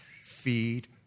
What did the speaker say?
Feed